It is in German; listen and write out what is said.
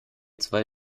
zwei